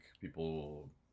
people